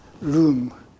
room